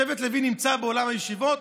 שבט לוי נמצא בעולם הישיבות,